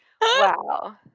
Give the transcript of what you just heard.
Wow